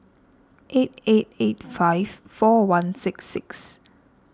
eight eight eight five four one six six